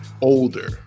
older